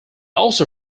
also